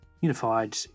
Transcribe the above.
unified